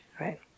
right